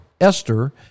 Esther